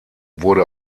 wurde